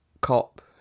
cop